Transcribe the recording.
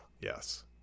Yes